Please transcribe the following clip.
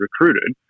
recruited